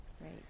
right